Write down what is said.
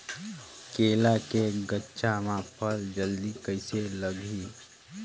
केला के गचा मां फल जल्दी कइसे लगही?